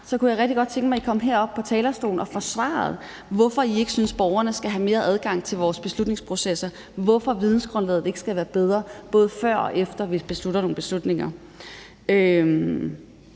så kunne jeg rigtig godt tænke mig, at I kom herop på talerstolen og forsvarede, hvorfor I ikke synes, borgerne skal have mere adgang til vores beslutningsprocesser, og hvorfor vidensgrundlaget ikke skal være bedre både før og efter, vi tager nogle beslutninger. Jeg